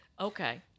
Okay